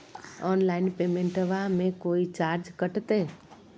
Online पेमेंटबां मे कोइ चार्ज कटते?